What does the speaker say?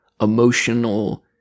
emotional